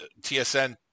TSN